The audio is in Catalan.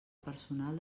personal